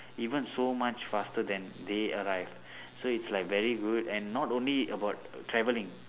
even so much faster than they arrive so it's like very good and not only about traveling